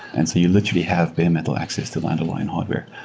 and so you literally have bare metal access to the underlying hardware,